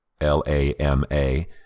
L-A-M-A